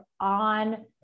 on